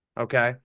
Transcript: Okay